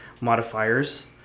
modifiers